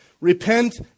Repent